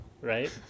Right